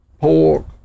pork